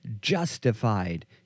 justified